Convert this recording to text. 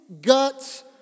guts